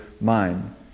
mind